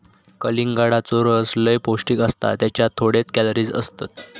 कलिंगडाचो रस लय पौंष्टिक असता त्येच्यात थोडेच कॅलरीज असतत